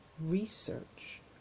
research